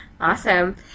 Awesome